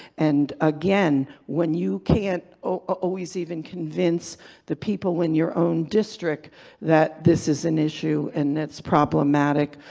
and again, when you can't always even convince the people in your own district that this is an issue and it's problematic,